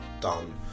done